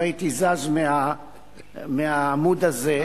לא הייתי זז מהעמוד הזה.